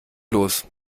los